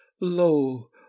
Lo